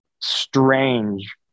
strange